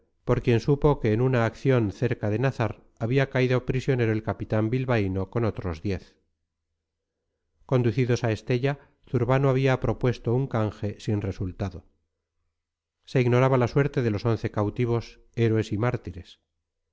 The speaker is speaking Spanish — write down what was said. por quien supo que en una acción cerca de nazar había caído prisionero el capitán bilbaíno con otros diez conducidos a estella zurbano había propuesto un canje sin resultado se ignoraba la suerte de los once cautivos héroes y mártires